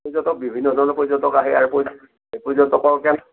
পৰ্যটক বিভিন্ন ধৰণৰ পৰ্যটক আহে আৰু পৰ্যটক পৰ্যটকৰ কাৰণে